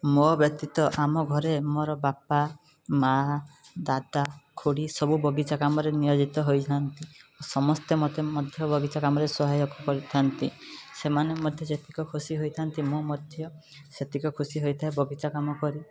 ମୋ ବ୍ୟତୀତ ଆମ ଘରେ ମୋର ବାପା ମାଆ ଦାଦା ଖୁଡ଼ି ସବୁ ବଗିଚା କାମରେ ନିୟୋଜିତ ହୋଇଥାନ୍ତି ସମସ୍ତେ ମୋତେ ମଧ୍ୟ ବଗିଚା କାମରେ ସହାୟ କରିଥାନ୍ତି ସେମାନେ ମଧ୍ୟ ଯେତିକ ଖୁସି ହୋଇଥାନ୍ତି ମୁଁ ମଧ୍ୟ ସେତିକ ଖୁସି ହୋଇଥାଏ ବଗିଚା କାମ କରି